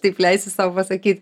taip leisiu sau pasakyt